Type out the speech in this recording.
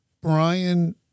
Brian